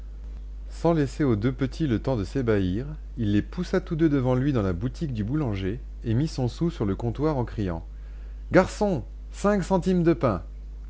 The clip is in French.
sans laisser aux deux petits le temps de s'ébahir il les poussa tous deux devant lui dans la boutique du boulanger et mit son sou sur le comptoir en criant garçon cinque centimes de pain